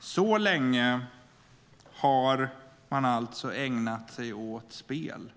Så länge har man alltså ägnat sig åt spel,